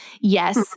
yes